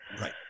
Right